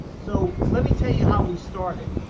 so lemme tell you how we started.